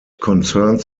concerns